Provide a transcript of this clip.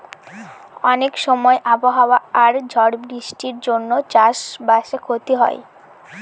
অনেক সময় আবহাওয়া আর ঝড় বৃষ্টির জন্য চাষ বাসে ক্ষতি হয়